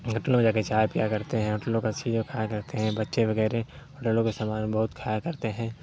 ہوٹلوں میں جا کے چائے پیا کرتے ہیں ہوٹلوں کا چیزوں کھایا کرتے ہیں بچے وغیرہ ہوٹلوں کے سامان بہت کھایا کرتے ہیں